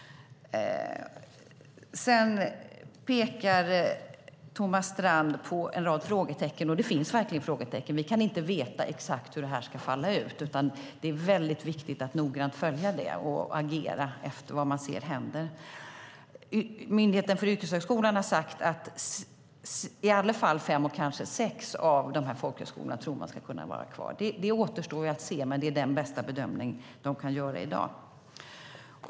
Sedan pekar Thomas Strand på en rad frågetecken. Det finns verkligen frågetecken. Vi kan inte veta exakt hur det här ska falla ut, utan det är väldigt viktigt att noggrant följa det och agera efter vad man ser hända. Myndigheten för yrkeshögskolan har sagt att man tror att i alla fall fem och kanske sex av dessa folkhögskolor ska kunna vara kvar. Det återstår att se, men det är den bästa bedömning de kan göra i dag.